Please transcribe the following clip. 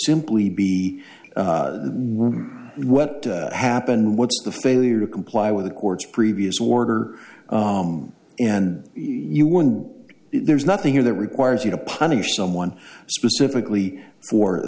simply be what happened what's the failure to comply with the court's previous order and you were there's nothing here that requires you to punish someone specifically for